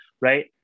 right